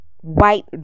white